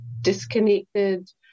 disconnected